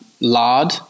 lard